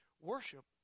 Worship